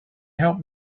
help